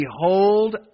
behold